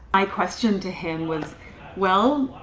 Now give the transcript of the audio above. my question to him was well,